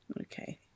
Okay